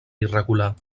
irregular